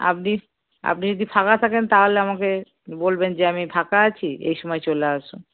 আপনি আপনি যদি ফাঁকা থাকেন তাহলে আমাকে বলবেন যে আমি ফাঁকা আছি এই সময় চলে আসুন